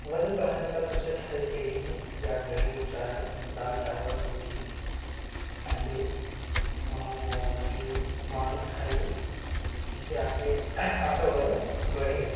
वजन बढ़ाने का सबसे अच्छा तरीका यही है कि आप घरेलू उपचार में दाल चावल रोटी अंडे मछली मांस खाईये जिससे आपके आपका वजन बढ़ेगा